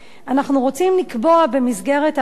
אנחנו רוצים לקבוע במסגרת ההנחיות,